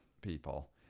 People